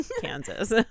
kansas